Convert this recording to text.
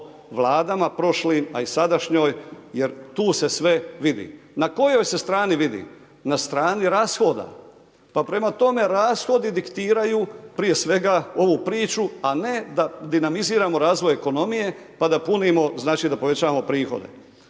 Vladama prošlim a i sadašnjoj jer tu se sve vidi. Na kojoj se strani vidi? Na strani rashoda. Pa prema tome, rashodi diktiraju prije svega ov priči a ne da dinamiziramo razvoj ekonomije pa da punimo, znači da povećavamo prihod.